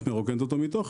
59 את מרוקנת אותו מתוכן.